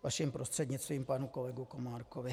Vašim prostřednictvím panu kolegovi Komárkovi.